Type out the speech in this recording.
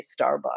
Starbucks